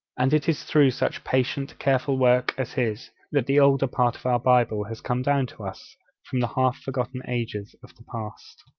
and it is through such patient, careful work as his that the older part of our bible has come down to us from the half-forgotten ages of the past.